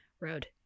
road